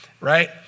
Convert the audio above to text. Right